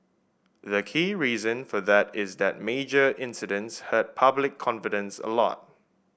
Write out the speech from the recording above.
the key reason for that is that major incidents hurt public confidence a lot